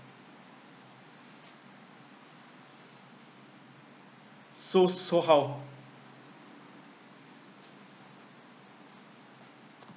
so so how